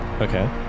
Okay